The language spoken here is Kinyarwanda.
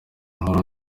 nkuru